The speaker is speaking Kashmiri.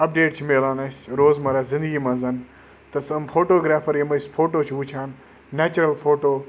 اَپڈیٹ چھِ مِلان اَسہِ روزمَرہ زِندگی منٛز تہٕ سَم فوٹوگرٛیفَر یِم أسۍ فوٹو چھِ وٕچھان نیچرَل فوٹو